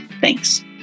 Thanks